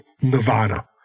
Nirvana